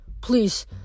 Please